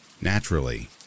Naturally